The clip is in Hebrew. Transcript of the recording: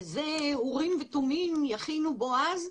שזה אורים ותומים יכין ובועז,